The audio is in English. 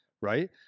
right